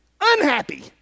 unhappy